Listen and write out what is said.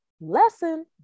lesson